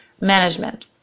management